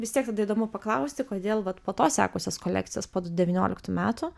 vis tiek tada įdomu paklausti kodėl vat po to sekusios kolekcijos po du devynioliktų metų